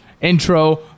Intro